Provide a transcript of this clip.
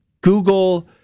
Google